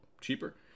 cheaper